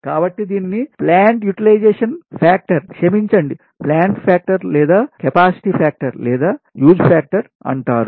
కాబట్టి దీనిని plant utilisation factor క్షమించండీ ప్లాంట్ ఫ్యాక్టర్ లేదా కెపాసిటీ ఫ్యాక్టర్ లేదా యూజ్ ఫ్యాక్టర్ అంటారు